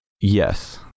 Yes